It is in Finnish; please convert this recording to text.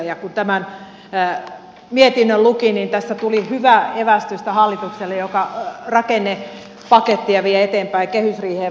kun tämän mietinnön luki niin tässä tuli hyvää evästystä hallitukselle joka rakennepakettia vie eteenpäin ja kehysriiheen valmistautuu